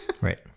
Right